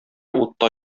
утта